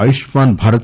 Ayushman Bharat